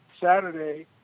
Saturday